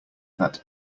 that